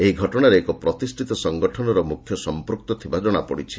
ଏହି ଘଟଣାରେ ଏକ ପ୍ରତିଷ୍ଠିତ ସଂଗଠନର ମୁଖ୍ୟ ସଂପୃକ୍ତ ଥିବା ଜଣାପଡ଼ିଛି